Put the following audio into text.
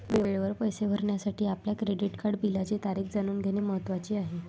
वेळेवर पैसे भरण्यासाठी आपल्या क्रेडिट कार्ड बिलाची तारीख जाणून घेणे महत्वाचे आहे